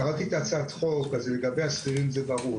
קראתי את הצעת החוק, אז לגבי השכירים זה ברור.